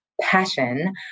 passion